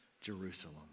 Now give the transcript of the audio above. Jerusalem